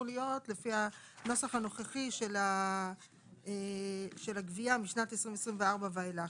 להיות לפי הנוסח הנוכחי של הגבייה משנת 2024 ואילך,